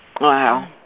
Wow